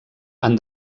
han